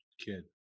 kid